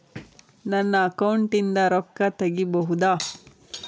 ನನ್ನ ಅಕೌಂಟಿಂದ ರೊಕ್ಕ ತಗಿಬಹುದಾ?